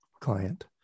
client